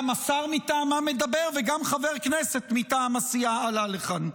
גם השר מטעמה מדבר וגם חבר הכנסת מטעם הסיעה עלה לכאן.